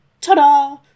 ta-da